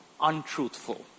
untruthful